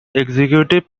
executive